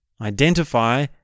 identify